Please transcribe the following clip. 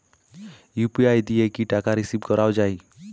UPI দিয়ে কি টাকা রিসিভ করাও য়ায়?